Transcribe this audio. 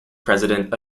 president